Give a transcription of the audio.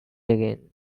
again